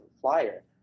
flyer